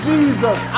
Jesus